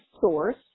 source